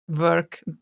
work